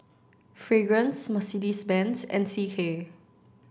Fragrance Mercedes Benz and C K